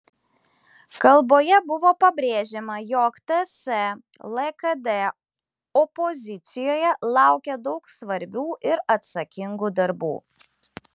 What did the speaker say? kalboje buvo pabrėžiama jog ts lkd opozicijoje laukia daug svarbių ir atsakingų darbų